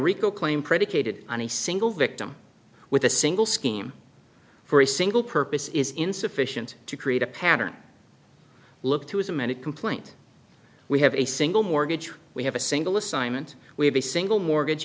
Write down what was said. rico claim predicated on a single victim with a single scheme for a single purpose is insufficient to create a pattern look to as a man a complaint we have a single mortgage we have a single assignment we have a single mortgage